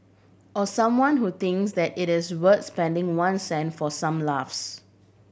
or someone who thinks that it is worth spending one cent for some laughs